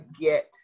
get